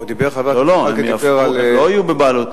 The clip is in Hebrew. הם לא יהיו בבעלות,